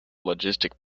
logistic